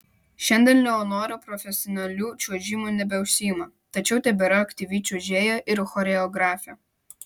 šiandien leonora profesionaliu čiuožimu nebeužsiima tačiau tebėra aktyvi čiuožėja ir choreografė